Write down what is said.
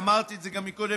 ואמרתי את זה גם קודם,